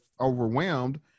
overwhelmed